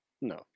no